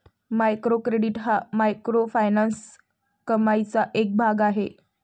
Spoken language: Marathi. मायक्रो क्रेडिट हा मायक्रोफायनान्स कमाईचा एक भाग आहे